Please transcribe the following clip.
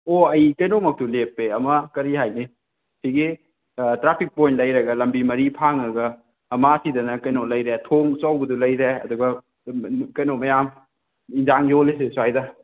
ꯑꯣ ꯑꯩ ꯀꯩꯅꯣꯃꯛꯇꯨ ꯂꯦꯞꯄꯦ ꯑꯃ ꯀꯔꯤ ꯍꯥꯏꯅꯤ ꯁꯤꯒꯤ ꯇ꯭ꯔꯥꯐꯤꯛ ꯄꯣꯏꯟ ꯂꯩꯔꯒ ꯂꯝꯕꯤ ꯃꯔꯤ ꯐꯥꯡꯉꯒ ꯑꯃꯁꯤꯗꯅ ꯀꯩꯅꯣ ꯂꯩꯔꯦ ꯊꯣꯡ ꯑꯆꯧꯕꯗꯣ ꯂꯩꯔꯦ ꯑꯗꯨꯒ ꯀꯩꯅꯣ ꯃꯌꯥꯝ ꯑꯦꯟꯁꯥꯡ ꯌꯣꯜꯂꯤꯁꯦ ꯁ꯭ꯋꯥꯏꯗ